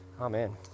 Amen